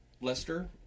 Lester